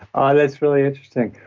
ah that's really interesting.